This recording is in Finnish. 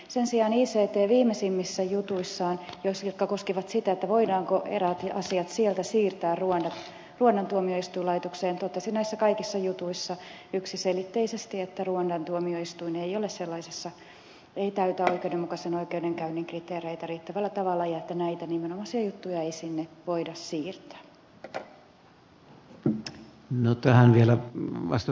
sen sijaan icc viimeisimmissä jutuissaan jotka koskivat sitä voidaanko eräät asiat sieltä siirtää ruandan tuomioistuinlaitokseen totesi näissä kaikissa jutuissa yksiselitteisesti että ruandan tuomioistuin ei täytä oikeudenmukaisen oikeudenkäynnin kriteereitä riittävällä tavalla ja että näitä nimenomaisia juttuja ei sinne voida siirtää